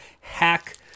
hack